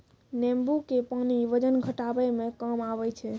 नेंबू के पानी वजन घटाबै मे काम आबै छै